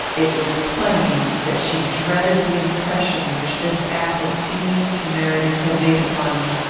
it was plain that she dreaded the impression which this act of seeming temerity had made upon me.